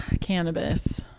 cannabis